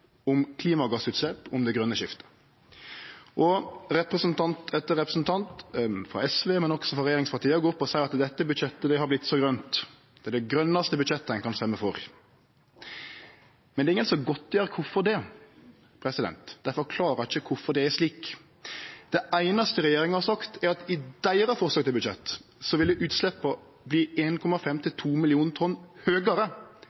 om klimagassutslepp og om det grøne skiftet. Representant etter representant frå SV, men også frå regjeringspartia, går opp og seier at dette budsjettet har vorte så grønt, det er det grønaste budsjettet ein kan stemme for, men det er ingen som godtgjer kvifor. Dei forklarar ikkje kvifor det er slik. Det einaste regjeringa har sagt, er at i deira forslag til budsjett ville utsleppa verte 1,5–2 millionar tonn høgare enn med den borgarlege regjeringa sitt budsjett. Har ein vist til